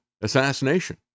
assassination